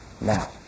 Now